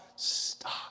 Stop